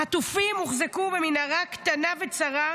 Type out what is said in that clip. החטופים הוחזקו במנהרה קטנה וצרה,